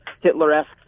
Hitler-esque